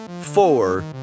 four